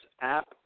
app